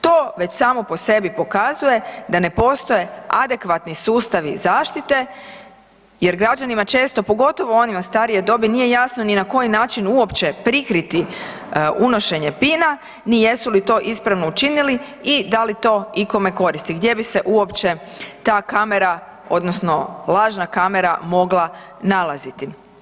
To već samo po sebi pokazuje da ne postoje adekvatni sustavi zaštite jer građanima često pogotovo onima starije dobi nije jasno ni na koji način uopće prikriti unošenje pina ni jesu li to ispravno učinili i da li to ikome koristi gdje bi se uopće ta kamera odnosno lažna kamera mogla nalaziti.